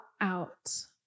out